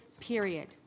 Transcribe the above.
period